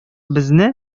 безне